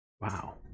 wow